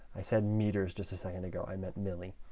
i said meters just a second ago. i met milli.